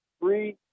three